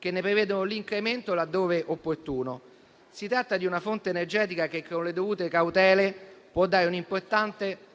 che ne prevedono l'incremento laddove opportuno. Si tratta di una fonte energetica che, con le dovute cautele, può dare un'importante